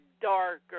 darker